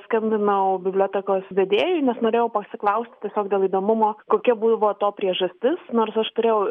skambinau bibliotekos vedėjui nes norėjau pasiklausti tiesiog dėl įdomumo kokia buvo to priežastis nors aš turėjau